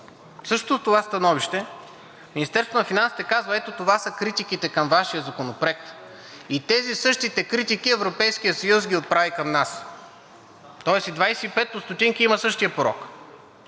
същото това становище Министерството на финансите казва: „ето това са критиките към Вашия законопроект“, и тези същите критики Европейският съюз ги отправи към нас, тоест и двадесет и петте стотинки имат същия порок.